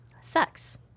sex